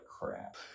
crap